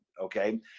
Okay